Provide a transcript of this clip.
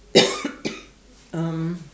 um